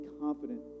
confident